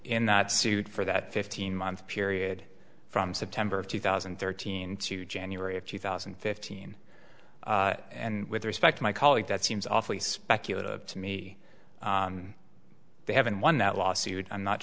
in that suit for that fifteen month period from september of two thousand and thirteen to january of two thousand and fifteen and with respect to my colleague that seems awfully speculative to me they haven't won that lawsuit i'm not